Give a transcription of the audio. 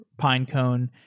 Pinecone